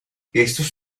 estos